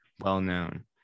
well-known